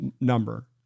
number